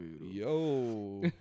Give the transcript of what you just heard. Yo